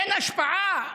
אין השפעה?